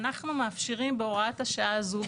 אנחנו מאפשרים בהוראת השעה הזו,